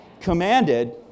commanded